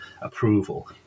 approval